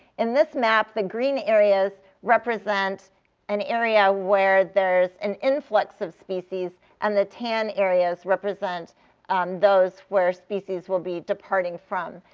in this map, the green areas represent an area where there's an influx of species, and the tan areas represent those where species will be departing from.